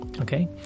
Okay